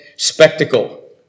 spectacle